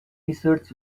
research